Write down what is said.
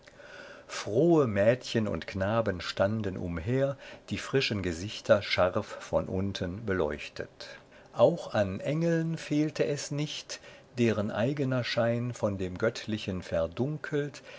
frohe mädchen und knaben standen umher die frischen gesichter scharf von unten beleuchtet auch an engeln fehlte es nicht deren eigener schein von dem göttlichen verdunkelt